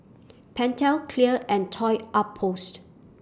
Pentel Clear and Toy Outpost